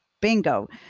bingo